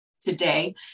today